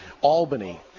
Albany